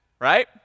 right